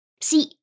See